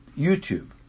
YouTube